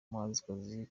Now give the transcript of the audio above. umuhanzikazi